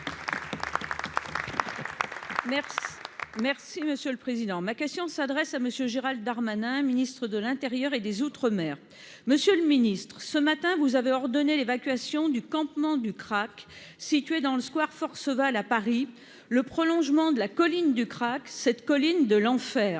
Merci monsieur le président, ma question s'adresse à Monsieur Gérald Darmanin, ministre de l'Intérieur et des Outre-mer Monsieur le Ministre, ce matin vous avez ordonné l'évacuation du campement du crack, située dans le square force valent à Paris, le prolongement de la colline du crack cette colline de l'enfer